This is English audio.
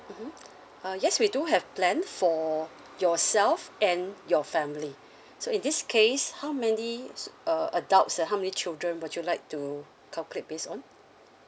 uh yes we do have plans for yourself and your family so in this case how many uh adults and how many children would you like to calculate based on